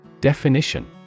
Definition